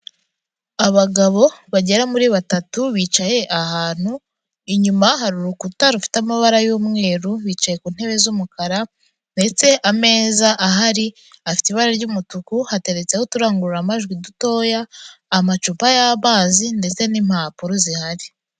Abagabo bagera muri batatu bicaye ahantu, inyuma hari urukuta rufite amabara y'umweru bicaye ku ntebe z'umukara, ndetse ameza ahari afite ibara ry'umutuku hateretseho uturangururamajwi dutoya, amacupa y'amazi, ndetse n'impapuro zihari.